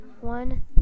One